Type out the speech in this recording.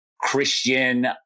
Christian